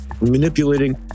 manipulating